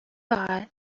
bye